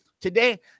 today